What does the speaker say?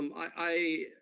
um i